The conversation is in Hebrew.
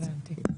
הבנתי.